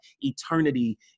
eternity